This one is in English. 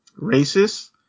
racist